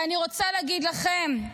אני רוצה להגיד לכם,